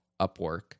Upwork